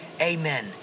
Amen